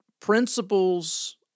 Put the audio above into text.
principles